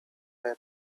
way